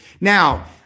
Now